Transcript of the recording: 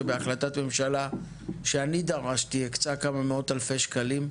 שבהחלטת ממשלה שאני דרשתי הקצה כמה מאות אלפי שקלים,